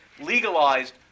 legalized